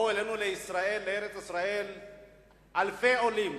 באו אלינו לארץ-ישראל אלפי עולים,